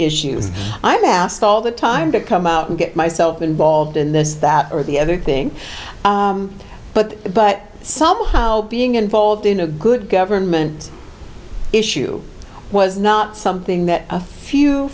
issues i'm asked all the time to come out and get myself involved in this that or the other thing but but somehow being involved in a good government issue was not something that a few